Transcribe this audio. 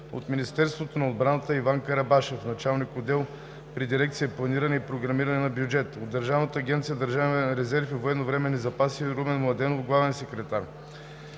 от Министерство на отбраната Иван Карабашев – началник на отдел при дирекция „Планиране и програмиране на бюджет“; от Държавна агенция „Държавен резерв и военновременни запаси“ Румен Младенов – главен секретар.